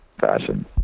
fashion